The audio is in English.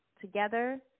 together